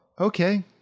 okay